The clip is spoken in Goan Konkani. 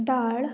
दाळ